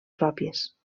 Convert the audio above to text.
pròpies